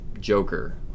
Joker